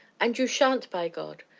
and you sha'n't by god!